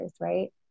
right